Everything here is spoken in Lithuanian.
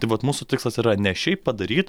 tai vat mūsų tikslas yra ne šiaip padaryt